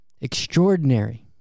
extraordinary